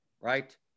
right